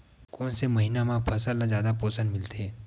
कोन से महीना म फसल ल जादा पोषण मिलथे?